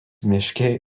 miške